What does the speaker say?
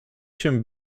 się